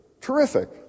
Terrific